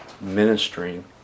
ministering